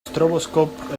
stroboscope